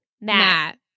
Matt